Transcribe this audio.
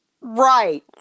Right